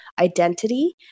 identity